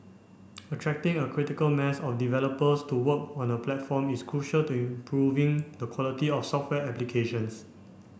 attracting a critical mass of developers to work on the platform is crucial to improving the quality of software applications